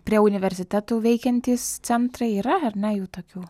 prie universitetų veikiantys centrai yra ar ne jų tokių